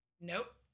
Nope